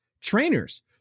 trainers